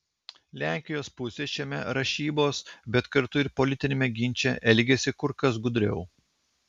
lenkijos pusė šiame rašybos bet kartu ir politiniame ginče elgiasi kur kas gudriau